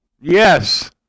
Yes